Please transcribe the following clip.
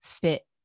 fit